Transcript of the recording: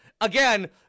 Again